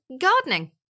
gardening